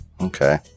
Okay